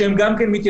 שהם גם מתייצבים,